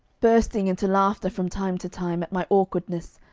bursting into laughter from time to time at my awkwardness,